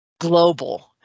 global